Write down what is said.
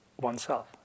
oneself